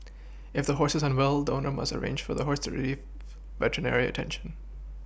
if the horse is unwell the owner must arrange for the horse to Relief veterinary attention